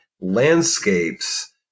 landscapes